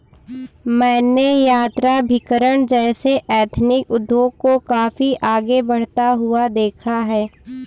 मैंने यात्राभिकरण जैसे एथनिक उद्योग को काफी आगे बढ़ता हुआ देखा है